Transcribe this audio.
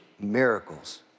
miracles